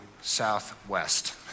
southwest